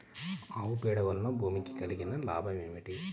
ఆవు పేడ వలన భూమికి కలిగిన లాభం ఏమిటి?